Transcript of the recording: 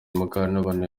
mukantabana